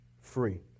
free